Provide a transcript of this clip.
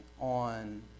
on